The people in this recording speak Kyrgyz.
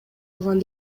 алган